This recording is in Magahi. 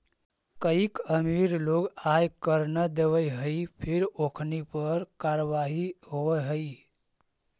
कईक अमीर लोग आय कर न देवऽ हई फिर ओखनी पर कारवाही होवऽ हइ